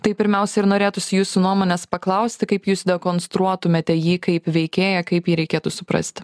tai pirmiausia ir norėtųsi jūsų nuomonės paklausti kaip jūs konstruotumėte jį kaip veikėją kaip jį reikėtų suprasti